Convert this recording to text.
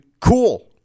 cool